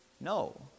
No